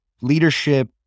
leadership